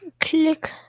Click